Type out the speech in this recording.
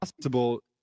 possible